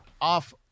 off